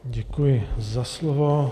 Děkuji za slovo.